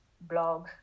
blog